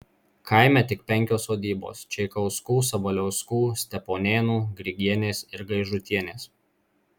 kaime tik penkios sodybos čeikauskų sabaliauskų steponėnų grigienės ir gaižutienės